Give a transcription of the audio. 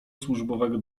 służbowego